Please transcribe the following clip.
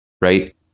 Right